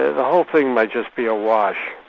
ah the whole thing might just be awash.